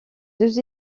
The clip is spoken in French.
deux